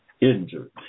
injured